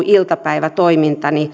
iltapäivätoiminta